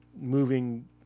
moving